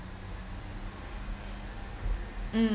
mm